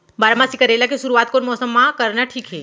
बारामासी करेला के शुरुवात कोन मौसम मा करना ठीक हे?